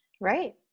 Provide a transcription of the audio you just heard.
right